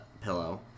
pillow